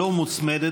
לא מוצמדת,